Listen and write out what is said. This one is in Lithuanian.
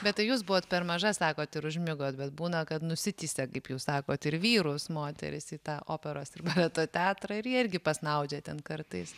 bet tai jūs buvot per maža sakot ir užmigot bet būna kad nusitįsia kaip jūs sakot ir vyrus moterys į tą operos ir baleto teatrą ir jie irgi pasnaudžia ten kartais